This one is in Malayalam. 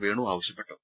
വേണു ആവശ്യപ്പെട്ടു